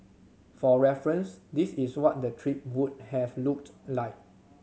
for reference this is what the trip would have looked like